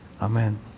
amen